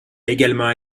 également